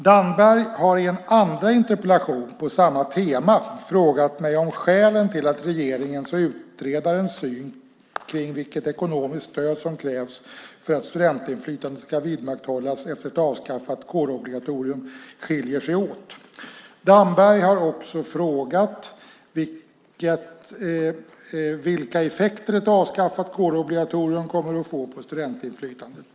Damberg har i sin andra interpellation på samma tema frågat mig om skälen till att regeringens och utredarens syn på vilket ekonomiskt stöd som krävs för att studentinflytande ska vidmakthållas efter ett avskaffat kårobligatorium skiljer sig åt. Damberg har också frågat vilka effekter ett avskaffat kårobligatorium kommer att få på studentinflytandet.